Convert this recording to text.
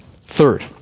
Third